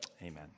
amen